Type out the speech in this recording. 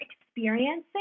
experiencing